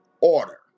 Order